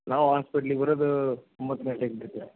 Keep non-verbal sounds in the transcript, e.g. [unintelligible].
ನಾವು ಹಾಸ್ಪೆಟ್ಲಿಗೆ ಬರೋದು ಒಂಬತ್ತು ಗಂಟೆಗೆ [unintelligible]